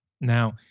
Now